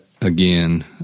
again